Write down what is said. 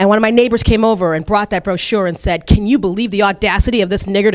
and one of my neighbors came over and brought that brochure and said can you believe the audacity of this n